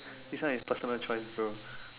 this one is personal choice bro